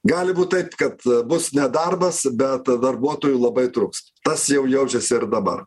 gali būt taip kad bus nedarbas bet darbuotojų labai truks tas jau jaučiasi ir dabar